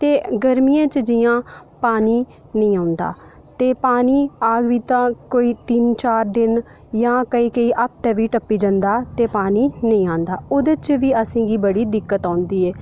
ते गर्मियें च जि'यां पानी नेईं औंदा ते पानी आ बी तां कोई तिन्न चार दिन जां कदें कदें हफ्ता बी टप्पी जंदा ते पानी नेईं आंदा ते ओह्दे च बी असेंगी पानी दी बड़ी दिक्कत औंदी ऐ